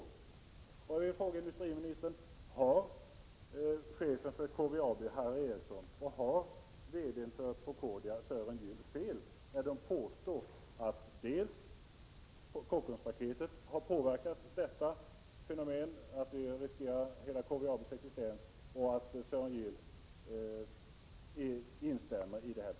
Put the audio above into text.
Jag vill fråga industriministern: Har chefen för KVAB, Harry Eriksson, och VD:n för Procordia, Sören Gyll, fel när de påstår att Kockumspaketet haft en sådan påverkan att hela KVAB:s existens riskeras?